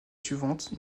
suivantes